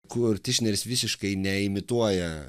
kur tišneris visiškai ne imituoja